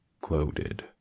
gloated